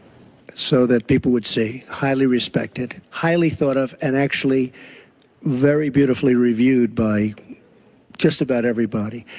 so that people would say highly respected. highly thought of and actually very beautifully reviewed by just about everybody.